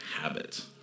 habit